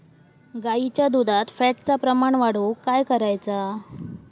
गाईच्या दुधात फॅटचा प्रमाण वाढवुक काय करायचा?